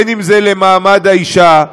אם למעמד האישה,